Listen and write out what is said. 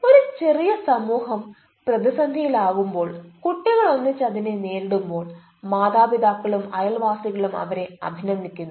ആ ചെറിയ സമൂഹം പ്രതിസന്ധിയിലാകുമ്പോൾ കുട്ടികൾ ഒന്നിച്ച് അതിനെ നേരിടുമ്പോൾ മാതാപിതാക്കളും അയൽവാസികളും അവരെ അഭിനന്ദിക്കുന്നു